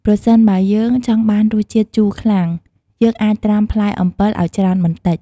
ប្រសិនបើយើងចង់បានរសជាតិជូរខ្លាំង យើងអាចត្រាំផ្លែអំពិលឲ្យច្រើនបន្តិច។